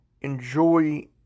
Enjoy